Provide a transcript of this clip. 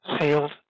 sailed